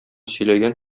сөйләгән